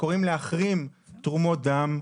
שקוראים להחרים תרומות דם,